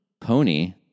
Pony